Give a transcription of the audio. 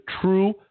true